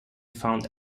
found